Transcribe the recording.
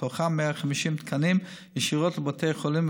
מתוכם 150 תקנים ישירות לבתי החולים,